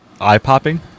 Eye-popping